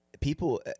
people